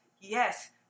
yes